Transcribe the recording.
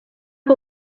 que